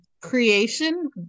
creation